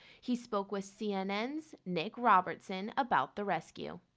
he spoke with cnn's nic robertson about the rescue.